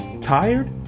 tired